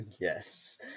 yes